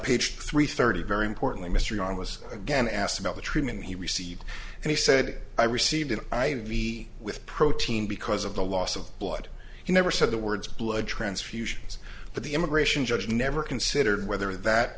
page three thirty very important mystery i was again asked about the treatment he received and he said i received an i v with protein because of the loss of blood he never said the words blood transfusions but the immigration judge never considered whether that